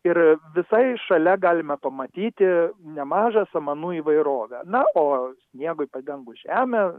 ir visai šalia galime pamatyti nemažą samanų įvairovę na o sniegui padengus žemę